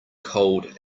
cold